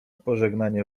pożegnanie